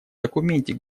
документе